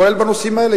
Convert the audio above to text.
כולל בנושאים האלה,